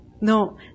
No